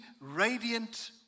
radiant